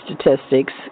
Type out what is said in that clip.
statistics